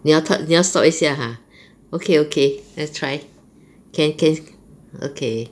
你要 turn 你要 stop 一下 !huh! okay okay let's try can can okay